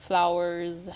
flowers